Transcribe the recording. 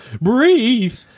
breathe